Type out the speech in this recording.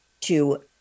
to-